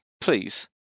please